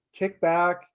kickback